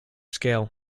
scale